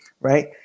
right